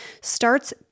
starts